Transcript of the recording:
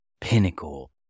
pinnacle